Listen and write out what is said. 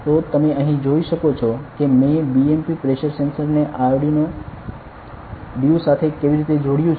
તો તમે અહીં જોઈ શકો છો કે મેં BMP પ્રેશર સેન્સર ને આરડ્યુનો ડ્યુ સાથે કેવી રીતે જોડ્યું છે